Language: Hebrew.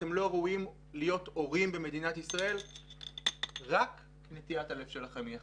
אתם לא ראויים להיות הורים במדינת ישראל רק כי נטיית הלב שלכם היא אחרת.